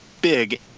big